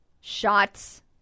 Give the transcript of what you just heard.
shots